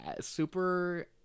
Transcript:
super